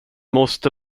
måste